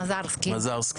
אני